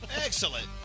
excellent